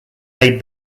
made